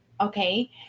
Okay